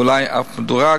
ואולי אף מדורג,